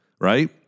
right